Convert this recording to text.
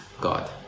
God